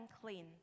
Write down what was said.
clean